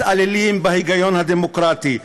מתעללים בהיגיון הדמוקרטי,